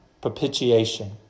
propitiation